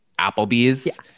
Applebee's